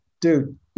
dude